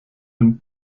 den